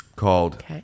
called